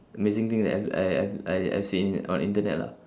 amazing thing that I have I I've seen in on the internet lah